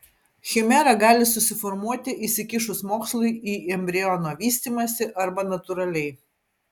chimera gali susiformuoti įsikišus mokslui į embriono vystymąsi arba natūraliai